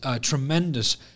tremendous